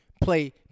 play